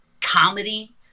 comedy